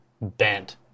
bent